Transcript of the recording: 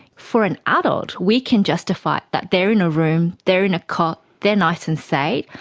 for an adult we can justify that they are in a room, they are in a cot, they are nice and safe,